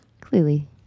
clearly